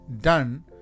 done